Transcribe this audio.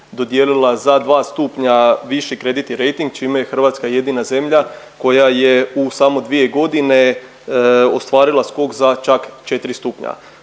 dodijelila za 2 stupnja viši kreditni rejting čime je Hrvatska jedina zemlja koja je u samo 2 godine ostvarila skok za čak 4 stupnja.